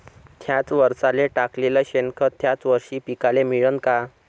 थ्याच वरसाले टाकलेलं शेनखत थ्याच वरशी पिकाले मिळन का?